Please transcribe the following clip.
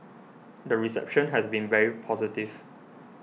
the reception has been very positive